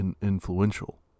influential